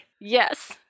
Yes